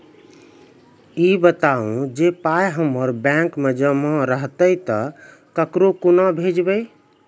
ई बताऊ जे पाय हमर बैंक मे जमा रहतै तऽ ककरो कूना भेजबै?